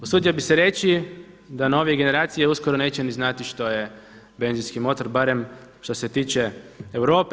Usudio bih se reći da novije generacije uskoro neće ni znati što je benzinski motor barem što se tiče Europe.